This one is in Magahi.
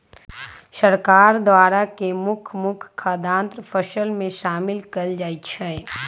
सरकार द्वारा के मुख्य मुख्य खाद्यान्न फसल में शामिल कएल जाइ छइ